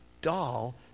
doll